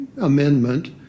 amendment